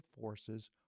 forces